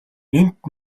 энд